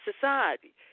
society